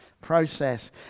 process